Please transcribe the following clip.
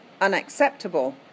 unacceptable